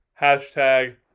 Hashtag